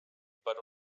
per